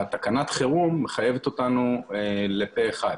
תקנת החירום מחייבת אותנו לפה אחד.